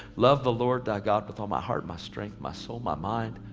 love the lord thy god with all my heart, my strength, my soul, my mind.